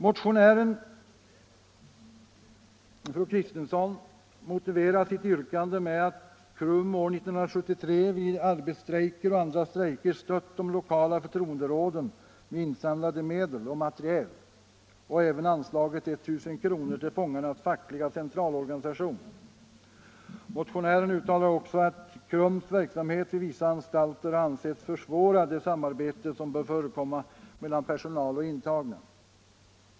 Motionären fru Kristensson motiverar sitt yrkande med att KRUM år 1973 vid arbetsstrejker och andra strejker stött de lokala förtroenderåden med insamlade medel och materiel och även anslagit 1 000 kr. till Fångarnas fackliga centralorganisation. Motionären uttalar också att KRUM:s verksamhet vid vissa anstalter har ansetts försvåra det samarbete som bör förekomma mellan personal och intagna.